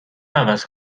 عوض